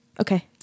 Okay